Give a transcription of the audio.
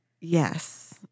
Yes